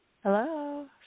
Hello